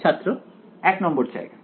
ছাত্র এক নম্বর জায়গায়